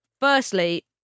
Firstly